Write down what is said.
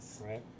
Right